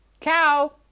cow